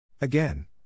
Again